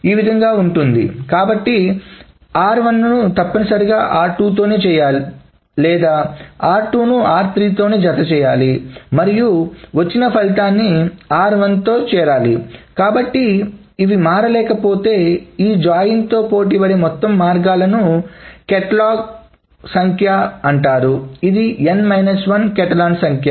ఈ విధంగా ఉంటుంది కాబట్టి r1 తప్పనిసరిగా r2 తో చేరాలి లేదా r2 ను r3 తో జతచేయాలి మరియు వచ్చిన ఫలితాన్ని r1 తో చేరాలి కాబట్టి ఇవి మారలేకపోతే ఈ జాయిన్తో పోటీపడే మొత్తం మార్గాలు కాటలాన్ సంఖ్య ఇది వ కాటలాన్ సంఖ్య